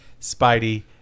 Spidey